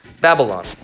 Babylon